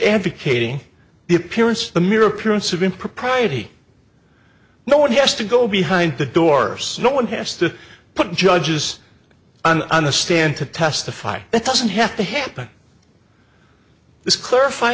advocating the appearance the mere appearance of impropriety no one has to go behind the door no one has to put judges and on the stand to testify it doesn't have to happen this clarif